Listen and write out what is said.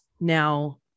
Now